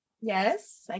Yes